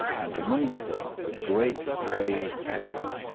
and amongst them a great grave pelican.